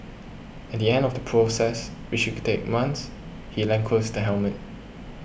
at the end of the process which should could take months he lacquers the helmet